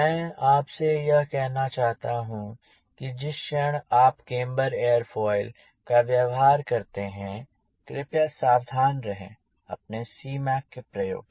मैं आपसे यह कहना चाहता हूँ कि जिस क्षण आप केम्बर ऐरोफॉयल का व्यवहार करते हैं कृपया सावधान रहें अपने Cmac के प्रयोग से